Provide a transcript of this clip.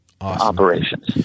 operations